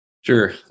Sure